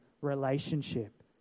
relationship